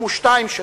שנים,